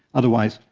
otherwise,